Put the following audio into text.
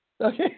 Okay